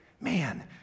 Man